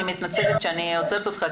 אני מתנצלת שאני עוצרת אותך,